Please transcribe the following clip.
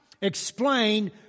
explain